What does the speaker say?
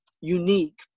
unique